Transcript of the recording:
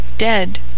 dead